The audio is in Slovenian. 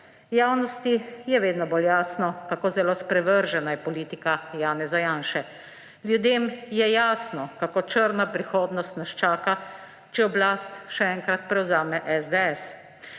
Javnosti je vedno bolj jasno, kako zelo sprevržena je politika Janeza Janše. Ljudem je jasno, kako črna prihodnost nas čaka, če oblast še enkrat prevzame SDS.